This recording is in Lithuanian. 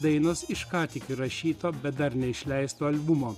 dainos iš ką tik įrašyto bet dar neišleisto albumo